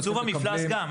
ייצוב המפלס גם,